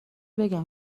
بگم